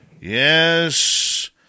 yes